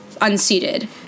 unseated